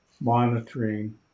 monitoring